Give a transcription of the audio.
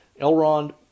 Elrond